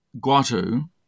Guato